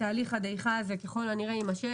תהליך הדעיכה הזה ככל הנראה יימשך.